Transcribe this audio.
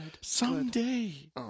Someday